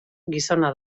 gizona